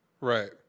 right